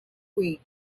week